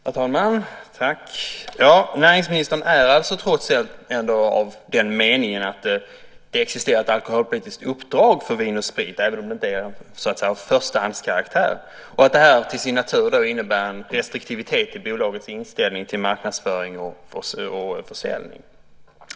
Herr talman! Näringsministern är alltså trots allt ändå av den meningen att det existerar ett alkoholpolitiskt uppdrag för Vin & Sprit, även om det inte är av förstahandskaraktär och att detta till sin natur innebär en restriktivitet i bolagets inställning till marknadsföring och försäljning.